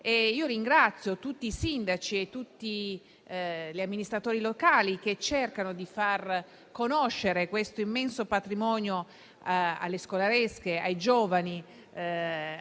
Ringrazio tutti i sindaci e tutti gli amministratori locali che cercano di far conoscere questo immenso patrimonio alle scolaresche, ai giovani